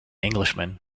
englishman